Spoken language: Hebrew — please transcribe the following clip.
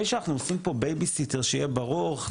שאנחנו עושים פה בייביסיטר שיהיה ברור,